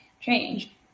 change